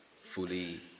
fully